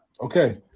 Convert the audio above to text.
Okay